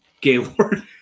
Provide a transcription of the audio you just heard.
Gaylord